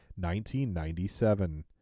1997